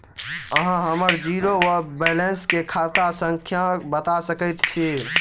अहाँ हम्मर जीरो वा बैलेंस केँ खाता संख्या बता सकैत छी?